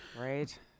Right